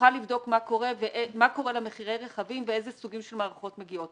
נוכל לבדוק מה קורה למחירי הרכבים ואיזה סוגים של מערכות מגיעות